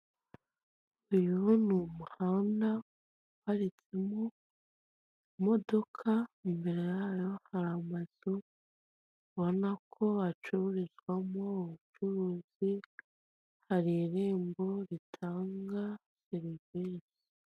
Uyu ni umuhanda uparitsemo imodoka nimero yayo hari, amazu ubabona ko bacururizamo ubucuruzi hari irembo ritanga serivise.